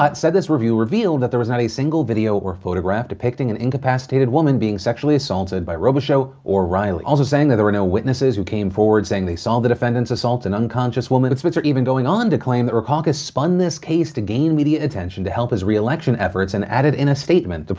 said this review revealed that there was not a single video or photograph depicting an incapacitated woman being sexually assaulted by robicheaux or riley. also saying that there were no witnesses who came forward saying they saw the defendants assault an unconscious woman, with spitzer even going on to claim that rackauckus spun this case to gain media attention to help his reelection efforts, and added in a statement,